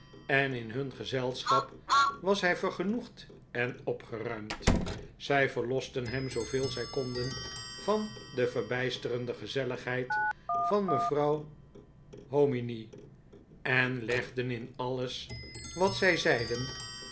en in hun gezelschap was hij vergenoegd en opgeruimd zij verlosten hem zooveel zij konden van de verbijsterende gezelligheid van mevrouw hominy en legden in alles wat zij zeiden